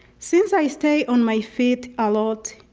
since i stay on my feet a lot,